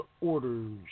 orders